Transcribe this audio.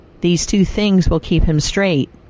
these two things will keep him straight,